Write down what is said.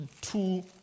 two